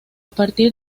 partir